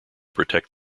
protect